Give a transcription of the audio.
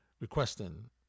requesting